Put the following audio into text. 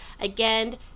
Again